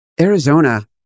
Arizona